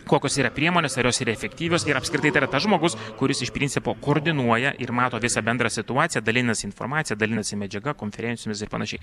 kokios yra priemonės ar jos yra efektyvios ir apskritai tai yra tas žmogus kuris iš principo koordinuoja ir mato visą bendrą situaciją dalinasi informacija dalinasi medžiaga konferencijomis ir panašiai